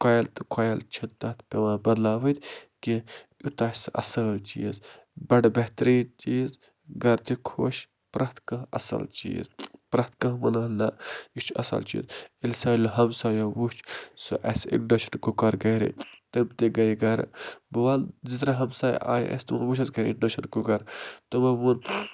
کویَل تہٕ کویَل چھِنہٕ تتھ پٮ۪وان بَدلاوٕنۍ کیٚنہہ یوٗتاہ چھِ سہ اصٕل چیٖز بَڈٕ بہتریٖن چیٖز گَرٕ تہِ خۄش پرٛٮ۪تھ کانٛہہ اصل چیٖز پرٮ۪تھ کانٛہہ وَنان نہٕ یہِ چھُ اصل چیٖز ییٚلہِ سانیو ہمسایَو وٕچھ سُہ اَسہِ اِنٛڈَکشَن کُکَر گَرِ تِم تہِ گٔے گَرٕ بہٕ وَنہٕ زٕ ترٛےٚ ہمسایہِ آیہِ اسہِ تِمَو وٕچھ اسہِ گَرِ اِنٛڈَکشَن کُکَر تِمَو ووٚن